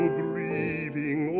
grieving